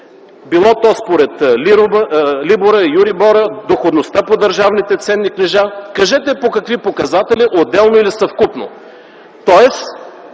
било то според либора, юрибора, доходността по държавните ценни книжа. Кажете по какви показатели – отделно или съвкупно,